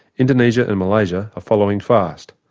indonesia, and malaysia are following fast.